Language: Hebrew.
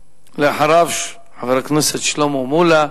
אחריו, חבר הכנסת שלמה מולה,